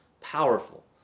powerful